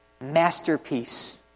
masterpiece